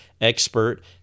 Expert